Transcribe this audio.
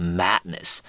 madness